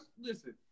listen